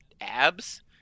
abs